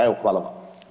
Evo hvala vam.